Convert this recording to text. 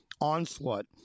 onslaught